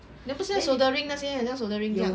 then 不是像 soldering 那些好像 soldering 这样